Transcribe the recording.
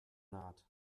not